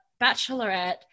Bachelorette